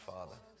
Father